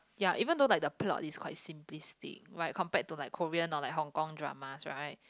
ya even though like the plot is quite simplistic like compared to like Korean or like Hong Kong dramas right